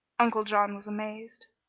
uncle john was amazed.